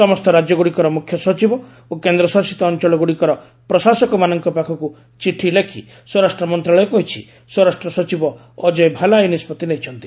ସମସ୍ତ ରାଜ୍ୟଗୁଡିକର ମୁଖ୍ୟ ସଚିବ ଓ କେନ୍ଦ୍ରଶାସିତ ଅଞ୍ଚଳଗୁଡ଼ିକର ପ୍ରଶାସକମାନଙ୍କ ପାଖକୁ ଚିଠି ଲେଖି ସ୍ୱରାଷ୍ଟ୍ର ମନ୍ତ୍ରଣାଳୟ କହିଛି ସ୍ୱରାଷ୍ଟ୍ର ସଚିବ ଅଜୟ ଭାଲା ଏହି ନିଷ୍ପଭି ନେଇଛନ୍ତି